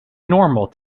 normal